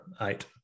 eight